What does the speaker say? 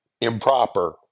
improper